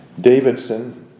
Davidson